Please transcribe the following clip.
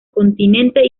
continente